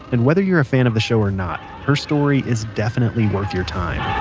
and whether you're a fan of the show or not, her story is definitely worth your time